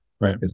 Right